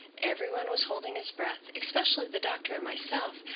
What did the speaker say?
every one was holding his breath, especially the doctor and myself,